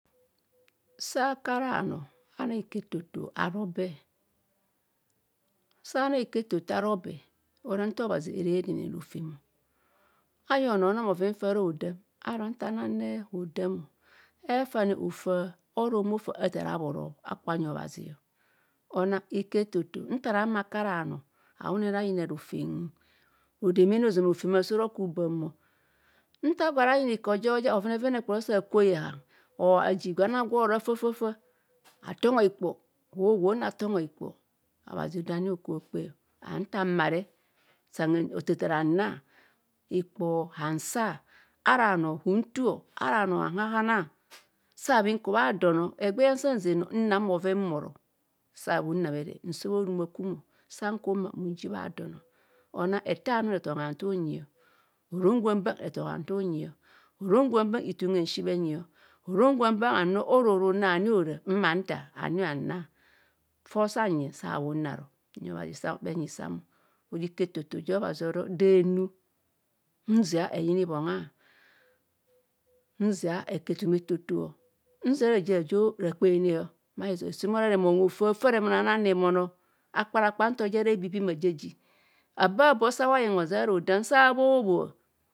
Saa akuara bhanoo anang iko etoto ara be sa anang iuko etoto akoke ora nta obhazi era demene rofem afeng onoo ntn onang faa araa haodam. Aaro nta anang re hodamo efane offna era efane okpo o. Athaar abhoro akpo anyi obhazi onnang iko etoyo nta ara. Ma ku ara bhanoo awune. Ayina rofem hodemene ozamn. Rofem aso rooku baam. Nta agwo ara yinah iko. Ja oja bhoven vene kpoeoro. Sa akwoi hehan or aji gwan agwo. Oro afafafa atongo hikpor. Obhazi do ani hokubho. Okpe, ano nta mar. Othathara hanang. Hikpo hansa, ara bhanoo huntuo, ara bhanoo hanhahana. Sa bhinku bha a dono eghee. Ja nsa nze no nang bheven. Mbhoro sa bhunn abere nse bha oru ma kum. Sanku unbang rije bha done. ete anum retona hartun nyi;. Orom gwe mbang reton hartu nyi orom gwe mbang hithun hansi. bhenyii, orom gwe mbang. hanno oru oro unani ora. hamanda. Ani hanang, fa nsia nyeng sabhinaro. Ora iko eto eto. Ja obhazi oro do he nu nzia eyin ibhongha. Nzia eku ethoma eto to nzia raje ajo ra kpeene bha hizoi seeno ora remon hofaa, far remon anang remon. Akpanakpan nta ara ebibi, ma jaji, abe abo saabho bhoa.